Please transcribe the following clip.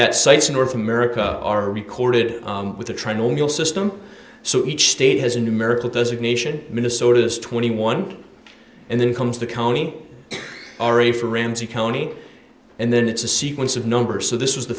that sites in north america are recorded with a treadmill system so each state has a numerical designation minnesota has twenty one and then comes the county already for ramsey county and then it's a sequence of numbers so this was the